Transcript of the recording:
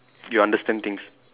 you understand things